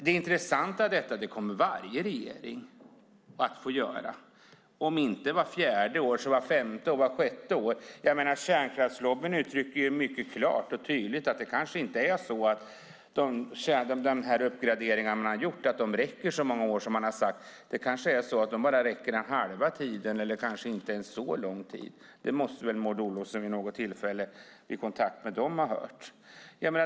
Det intressanta i detta är att det kommer varje regering att få göra, om inte vart fjärde år så vart femte eller sjätte år. Kärnkraftslobbyn uttrycker mycket tydligt och klart att de uppgraderingar som gjorts inte räcker så många år som sagts. De kanske räcker bara halva tiden eller kanske inte ens så lång tid. Det måste väl Maud Olofsson vid något tillfälle ha hört.